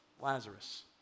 Lazarus